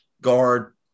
guard